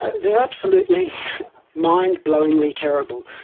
they are absolutely mind-blowingly terrible.